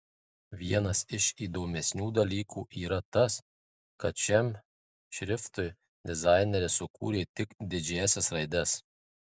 vienas iš įdomesnių dalykų yra tas kad šiam šriftui dizaineris sukūrė tik didžiąsias raides